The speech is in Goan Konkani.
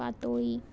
पातोयी